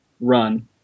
run